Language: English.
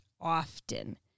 often